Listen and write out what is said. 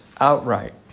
outright